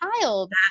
child